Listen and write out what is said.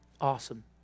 Awesome